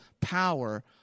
power